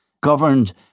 governed